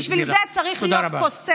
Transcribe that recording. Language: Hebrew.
בשביל זה צריך להיות קוסם,